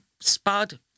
spud